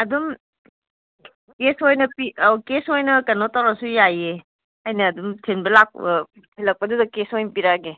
ꯑꯗꯨꯝ ꯀꯦꯁ ꯑꯣꯏꯅ ꯑꯧ ꯀꯦꯁ ꯑꯣꯏꯅ ꯀꯩꯅꯣ ꯇꯧꯔꯁꯨ ꯌꯥꯏꯌꯦ ꯑꯩꯅ ꯑꯗꯨꯝ ꯊꯤꯜꯂꯛꯄꯗꯨꯗ ꯀꯦꯁ ꯑꯣꯏ ꯄꯤꯔꯛꯑꯒꯦ